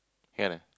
can eh